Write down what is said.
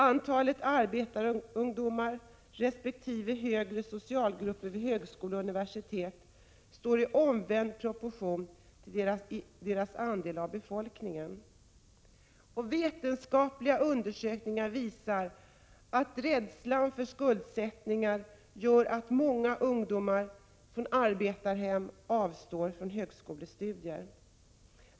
Antalet arbetarungdomar resp. ungdomar från ”högre” socialgrupper vid högskolor och universitet står i omvänd proportion till deras andel av befolkningen. Vetenskapliga undersökningar visar att rädslan för skuldsättning gör att många ungdomar från arbetarhem avstår från högskolestudier.